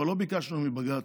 פה לא ביקשנו מבג"ץ,